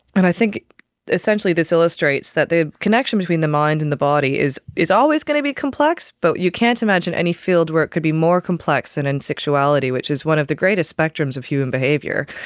and i think essentially this illustrates that the connection between the mind and the body is is always going to be complex, but you can't imagine any field where it could be more complex than in sexuality, which is one of the greatest spectrums of human behaviour,